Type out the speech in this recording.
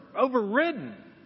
overridden